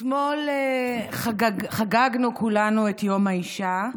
אתמול חגגנו כולנו את יום האישה.